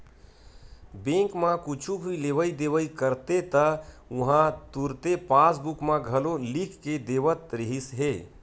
bank म कुछु भी लेवइ देवइ करते त उहां तुरते पासबूक म घलो लिख के देवत रिहिस हे